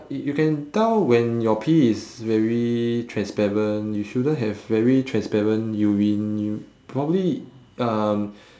y~ you can tell when your pee is very transparent you shouldn't have very transparent urine you probably um